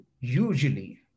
Usually